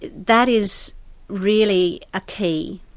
that is really a key.